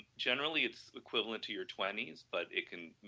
generally its equivalent to your twenties, but it can,